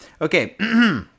Okay